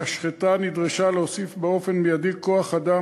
המשחטה נדרשה להוסיף באופן מיידי כוח-אדם